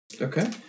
Okay